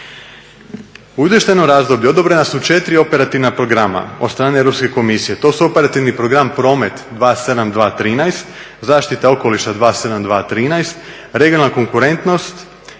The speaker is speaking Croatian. U izvještajnom razdoblju odobrena su 4 operativna programa od strane Europske komisije. To su operativni program promet 2007. - 2013., zaštita okoliša 2007. - 2013., regionalna konkurentnost i